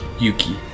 Yuki